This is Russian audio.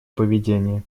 поведение